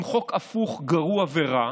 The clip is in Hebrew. עם חוק הפוך, גרוע ורע,